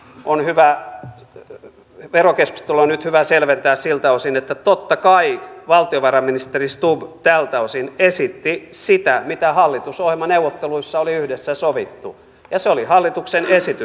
ehkä tätä verokeskustelua on nyt hyvä selventää siltä osin että totta kai valtiovarainministeri stubb tältä osin esitti sitä mitä hallitusohjelmaneuvotteluissa oli yhdessä sovittu ja se oli hallituksen esitys